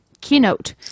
keynote